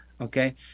Okay